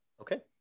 Okay